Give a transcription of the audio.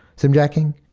simjacking?